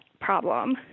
problem